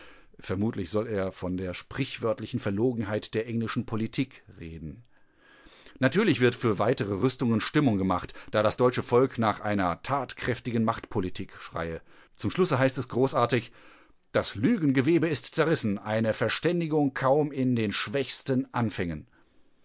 vermutlich soll er von der sprichwörtlichen verlogenheit der englischen politik reden natürlich wird für weitere rüstungen stimmung gemacht da das deutsche volk nach einer tatkräftigen machtpolitik schreie zum schlusse heißt es großartig das lügengewebe ist zerrissen eine verständigung kaum in den schwächsten anfängen